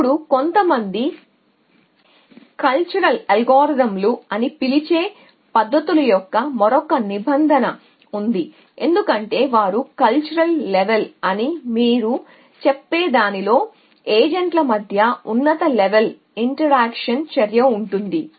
ఇప్పుడు కొన్ని కల్చరల్ అల్గోరిథంలు అని పిలిచే పద్ధతుల యొక్క మరొక నిబంధన ఉంది ఎందుకంటే వారు కల్చరల్ లేవెల్ అని మీరు చెప్పేదానిలో ఏజెంట్ల మధ్య ఉన్నత లేవెల్ ఇంటర్యాక్షన్ చర్య ఉంటుంది